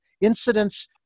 incidents